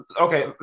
okay